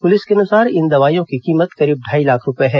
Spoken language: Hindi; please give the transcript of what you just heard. पुलिस के अनुसार इन दवाइयों की कीमत करीब ढाई लाख रूपए हैं